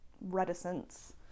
reticence